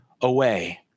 away